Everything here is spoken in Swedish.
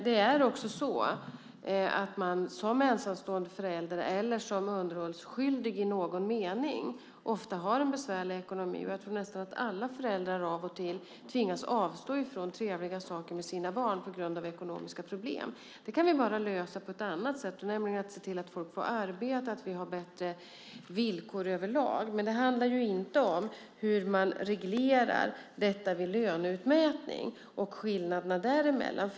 Det är också så att man som ensamstående förälder eller som underhållsskyldig i någon mening ofta har en besvärlig ekonomi. Jag tror nästan att alla föräldrar av och till tvingas att avstå från trevliga saker för sina barn på grund av ekonomiska problem. Det kan vi bara lösa på ett annat sätt, nämligen genom att se till att folk får arbete och att vi har bättre villkor överlag. Men det handlar inte om hur man reglerar detta med löneutmätning och skillnaderna där.